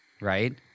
right